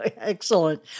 Excellent